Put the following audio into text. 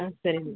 ஆ சரிங்க